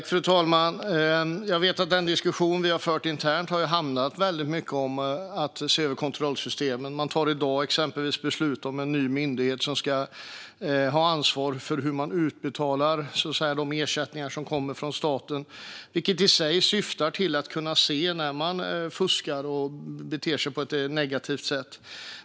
Fru talman! Den diskussion vi har fört internt har handlat väldigt mycket om att se över kontrollsystemen. Det tas i dag exempelvis beslut om en ny myndighet som ska ha ansvar för hur de ersättningar som kommer från staten utbetalas, vilket i sig syftar till att kunna se när någon fuskar och beter sig på ett negativt sätt.